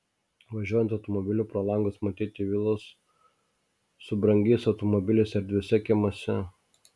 važiuojant automobiliu pro langus matyti vilos su brangiais automobiliais erdviuose kiemuose